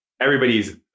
everybody's